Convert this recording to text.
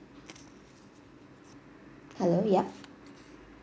hello yup